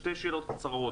שתי שאלות קצרות.